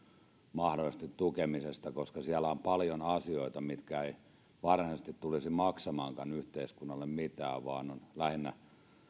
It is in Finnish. mahdollisesti tukemisesta koska siellä on paljon asioita mitkä eivät varsinaisesti tulisi maksamaankaan yhteiskunnalle mitään vaan on lähinnä